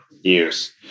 years